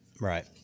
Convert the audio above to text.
Right